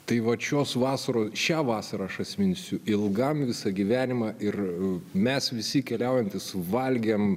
tai vat šios vasaro šią vasarą aš atsiminsiu ilgam visą gyvenimą ir mes visi keliaujantys valgėm